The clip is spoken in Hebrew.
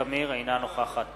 אינה נוכחת